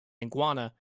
iguana